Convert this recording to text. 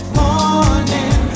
morning